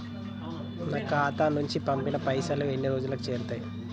నా ఖాతా నుంచి పంపిన పైసలు ఎన్ని రోజులకు చేరుతయ్?